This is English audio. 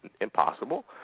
impossible